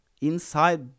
inside